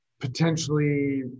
potentially